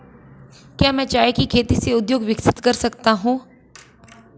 क्या मैं चाय की खेती से उद्योग विकसित कर सकती हूं?